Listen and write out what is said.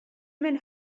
men